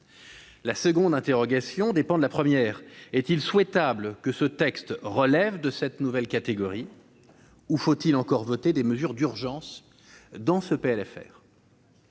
La seconde interrogation découle de la première. Est-il souhaitable que ce texte relève de cette nouvelle catégorie ou faut-il encore voter des mesures d'urgence dans ce projet